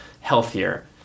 healthier